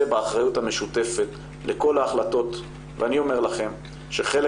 באחריות המשותפת לכל ההחלטות ואני אומר לכם שחלק